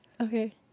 Okay